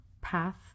path